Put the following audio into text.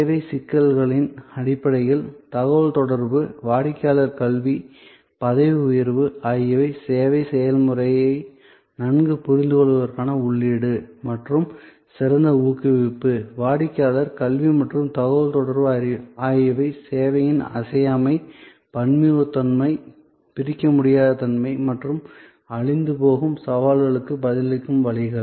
சேவை சிக்கல்களின் அடிப்படையில் தகவல் தொடர்பு வாடிக்கையாளர் கல்வி பதவி உயர்வு ஆகியவை சேவை செயல்முறையை நன்கு புரிந்துகொள்வதற்கான உள்ளீடுகள் மற்றும் சிறந்த ஊக்குவிப்பு வாடிக்கையாளர் கல்வி மற்றும் தகவல்தொடர்பு ஆகியவை சேவையின் அசையாமை பன்முகத்தன்மை பிரிக்க முடியாத தன்மை மற்றும் அழிந்துபோகும் சவால்களுக்கு பதிலளிக்கும் வழிகள்